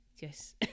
yes